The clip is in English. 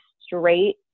straight